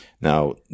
Now